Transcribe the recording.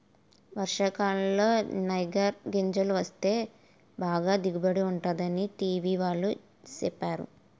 వర్షాకాలంలో నైగర్ గింజలు వేస్తే బాగా దిగుబడి ఉంటుందని టీ.వి వాళ్ళు సెప్పేరు